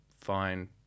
fine